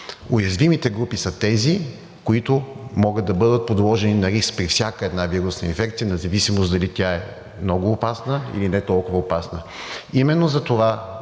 Уязвимите групи са тези, които могат да бъдат подложени на риск при всяка една вирусна инфекция, независимо дали тя е много опасна, или не толкова опасна.